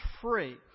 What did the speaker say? free